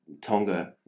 Tonga